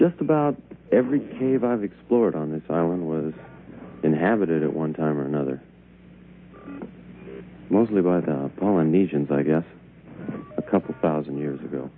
just about every wave i've explored on this island was inhabited at one time or another mostly by the polynesians i guess a couple thousand years ago